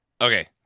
Okay